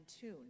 tune